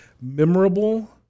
memorable